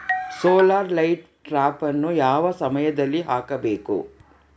Solar light ಟ್ರಾಪನ್ನು ಯಾವ ಸಮಯದಲ್ಲಿ ಹಾಕಬೇಕು?